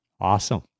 awesome